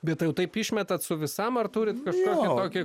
bet tai jau taip išmetat su visam ar turit kažkokį tokį